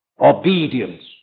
obedience